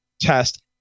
test